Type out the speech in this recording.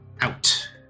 Out